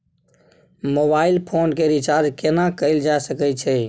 Mobile phone के recharge केना कैल जा सकै छै?